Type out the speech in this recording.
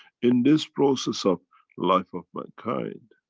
in this process of life of mankind,